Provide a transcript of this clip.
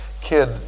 kid